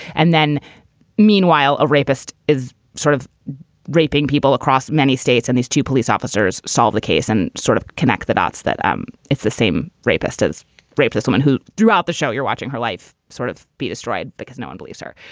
and then meanwhile, a rapist is sort of raping people across many states. and these two police officers solve the case and sort of connect the dots that um it's the same rapist as rape that someone who drew out the show. you're watching her life sort of be destroyed because no one believes her.